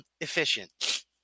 efficient